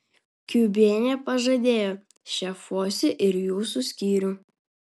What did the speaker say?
kiubienė pažadėjo šefuosiu ir jūsų skyrių